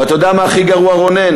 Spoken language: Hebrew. ואתה יודע מה הכי גרוע, רונן?